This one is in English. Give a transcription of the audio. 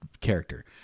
character